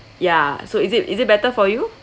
ya so is it is it better for you